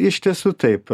iš tiesų taip